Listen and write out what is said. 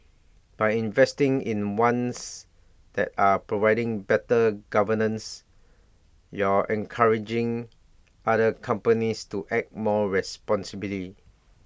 by investing in ones that are providing better governance you're encouraging other companies to act more responsibly